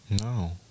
no